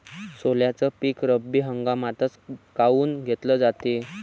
सोल्याचं पीक रब्बी हंगामातच काऊन घेतलं जाते?